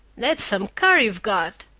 that's some car you've got,